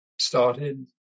started